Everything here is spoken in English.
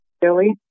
Billy